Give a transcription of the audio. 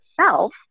self